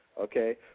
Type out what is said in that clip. okay